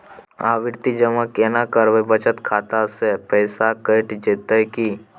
आवर्ति जमा केना करबे बचत खाता से पैसा कैट जेतै की?